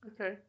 Okay